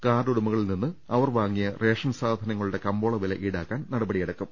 കാർഡുടമകളിൽ നിന്ന് അവർ വാങ്ങിയ റേഷൻ സാധനങ്ങളുടെ കമ്പോളവില ഈടാക്കാൻ നടപടി യെടുക്കും